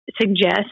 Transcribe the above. suggest